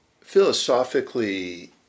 philosophically